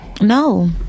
no